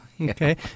Okay